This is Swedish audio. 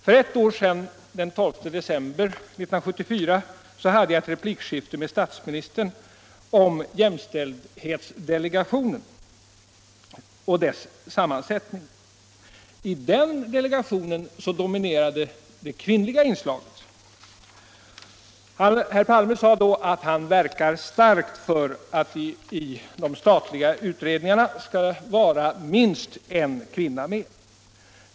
För ett år sedan, den 12 december 1974, hade jag ett replikskifte med statsministern om jämställdhetsdelegationen och dess sammansättning. I den delegationen dominerade det kvinnliga inslaget. Herr Palme sade då att han verkar starkt för att det i de statliga utredningarna skall vara minst en kvinna med.